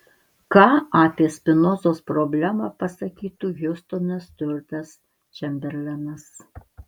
ką apie spinozos problemą pasakytų hiustonas stiuartas čemberlenas